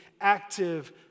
active